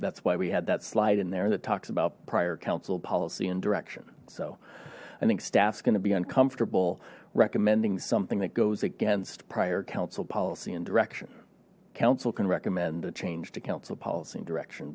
that's why we had that slide in there that talks about prior council policy and direction so i think staffs going to be uncomfortable recommending something that goes against prior council policy and direction council can recommend a change to council policy and direction